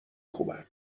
خوبن